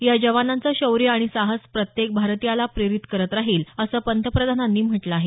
या जवानांचं शौर्य आणि साहस प्रत्येक भारतीयाला प्रेरित करत राहील असं पंतप्रधानांनी म्हटलं आहे